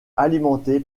alimenté